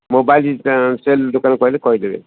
mobile cell ଦୋକାନ କହିଲେ କହି ଦେବେ